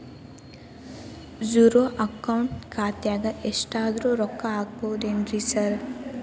Zero account ಖಾತ್ಯಾಗ ಎಷ್ಟಾದ್ರೂ ರೊಕ್ಕ ಹಾಕ್ಬೋದೇನ್ರಿ ಸಾರ್?